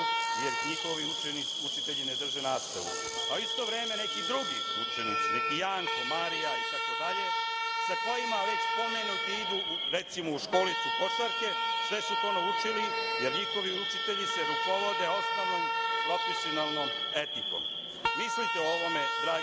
jer njihovi učitelji ne drže nastavu.U isto vreme neki drugi učenici, neki Janko, Marija itd. sa kojima već pomenutima idu recimo u školicu košarke, sve su to naučili, jer njihovi učitelji se rukovode osnovnom profesionalnom etikom. Mislite o ovome drage